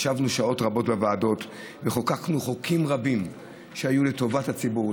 ישבנו שעות רבות בוועדות וחוקקנו חוקים רבים שהיו לטובת הציבור,